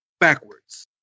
backwards